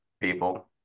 people